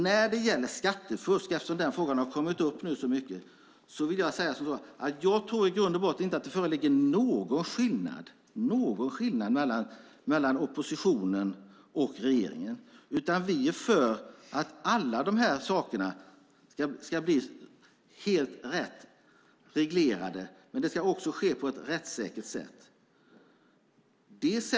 När det gäller skattefusk - den frågan har ju kommit upp mycket nu - vill jag säga att jag i grund och botten inte tror att det föreligger någon skillnad mellan oppositionen och regeringen, utan vi är för att alla de här sakerna ska bli helt rätt reglerade. Men det ska också ske på ett rättssäkert sätt.